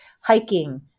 hiking